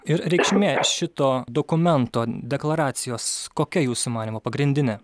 ir reikšmė šito dokumento deklaracijos kokia jūsų manymu pagrindinė